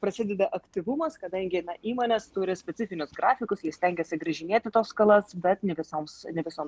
prasideda aktyvumas kadangi įmonės turi specifinius grafikus ir stengiasi grįžinėti tas skolas bet ne visoms ne visom